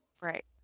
Right